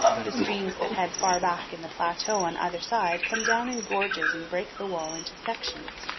the streams that head far back in the plateau on either side come down in gorges and break the wall into sections.